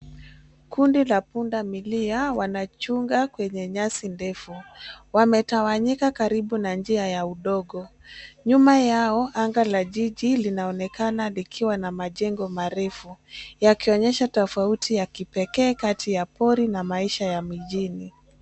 Kundi la pundamilia wanachunga kwenye nyasi ndefu. Wametawanyika karibu na njia ya udongo. Nyuma yao anga la jiji linaonekana likiwa na majengo marefu yakionyesha tofauti ya kipekee kati ya pori na maisha ya mjini.